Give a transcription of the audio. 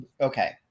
okay